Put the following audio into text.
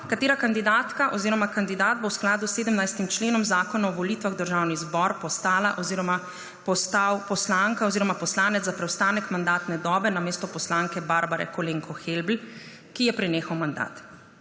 katera kandidatka oziroma kandidat bo v skladu s 17. členom Zakona o volitvah v Državni zbor postala oziroma postal poslanka oziroma poslanec za preostanek mandatne dobe namesto poslanke Barbare Kolenko Helbl, ki ji je prenehal mandat.